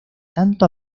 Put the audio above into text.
tanto